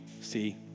see